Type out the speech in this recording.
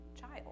child